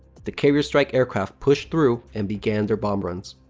the carrier strike aircraft pushed through and began their bomb runs.